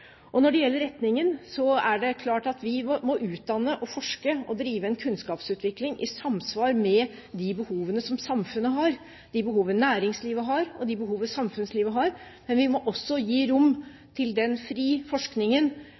studenter. Når det gjelder retningen, er det klart at vi må utdanne, forske og drive en kunnskapsutvikling i samsvar med de behovene som samfunnet har, de behovene næringslivet har, og de behovene samfunnslivet har. Men vi må også gi rom til den frie forskningen, både i den egentlige betydningen at forskningen skal være fri